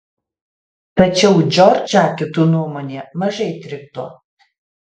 tačiau džordžą kitų nuomonė mažai trikdo